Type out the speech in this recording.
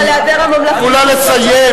הליכוד פשט את הרגל.